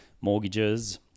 mortgages